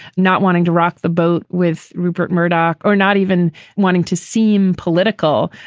not wanting to rock the boat with rupert murdoch or not even wanting to seem political.